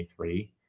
2023